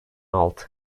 altı